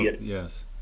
Yes